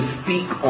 speak